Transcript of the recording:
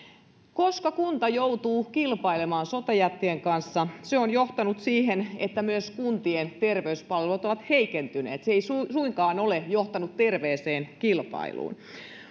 kunta joutuu kilpailemaan sote jättien kanssa ja se on johtanut siihen että myös kuntien terveyspalvelut ovat heikentyneet se ei suinkaan ole johtanut terveeseen kilpailuun